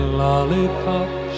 lollipops